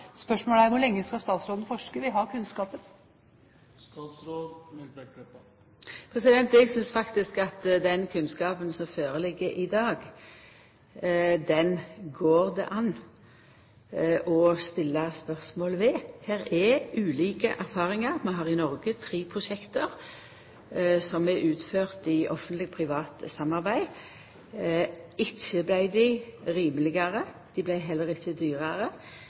Spørsmålet er: Hvor lenge mener statsråden det skal forskes? Vi har kunnskapen. Eg synest at den kunnskapen som ligg føre i dag, går det an å stilla spørsmål ved. Det er ulike erfaringar. Vi har i Noreg tre prosjekt som er utførte gjennom Offentleg Privat Samarbeid. Ikkje vart dei rimelegare. Dei vart heller ikkje dyrare.